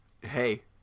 Hey